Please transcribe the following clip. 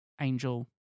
angel